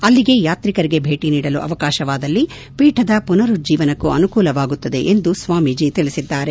ಅಲ್ಲಿಗೆ ಯಾತ್ರಿಕರಿಗೆ ಭೇಟನೀಡಲು ಅವಕಾಶವಾದಲ್ಲಿ ಪೀಠದ ಮನರುಜ್ಜೀವನಕ್ಕೂ ಅನುಕೂಲವಾಗುತ್ತದೆ ಎಂದು ಸ್ವಾಮೀಜಿ ತಿಳಿಸಿದ್ದಾರೆ